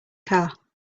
car